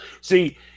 See